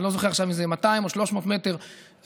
אני לא זוכר עכשיו אם זה 200 או 300 מטר צפונה,